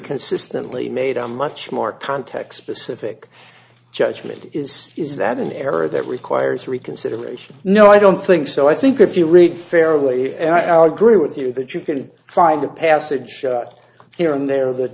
consistently made a much more context specific judgement is is that an error that requires reconsideration no i don't think so i think if you read fairly and i'll agree with you that you can find the passage here and there th